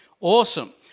Awesome